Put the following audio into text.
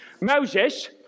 Moses